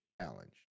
challenge